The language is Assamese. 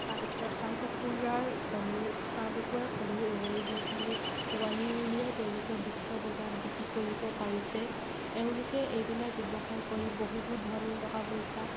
তাৰপিছত হাঁহ কুকুৰাৰ কণী হাঁহ কুকুৰাৰ কণী উমনি দি পিনি পোৱালি উলিয়ায়ো তেওঁলোকে বিশ্ব বজাৰত বিক্ৰী কৰিব পাৰিছে এওঁলোকে এইবিলাক ব্যৱসায় কৰি বহুতো ধন টকা পইচা